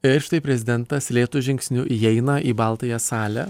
ir štai prezidentas lėtu žingsniu įeina į baltąją salę